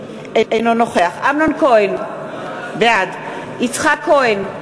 אינו נוכח אמנון כהן, בעד יצחק כהן,